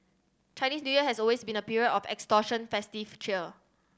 Chinese New Year has always been a period of extortion festive cheer